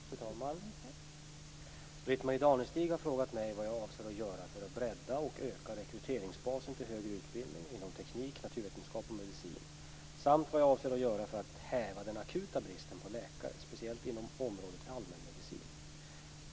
Fru talman! Britt-Marie Danestig har frågat mig vad jag avser att göra för att bredda och öka rekryteringsbasen till högre utbildning inom teknik, naturvetenskap och medicin samt vad jag avser att göra för att häva den akuta bristen på läkare, speciellt inom området allmänmedicin.